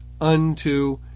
unto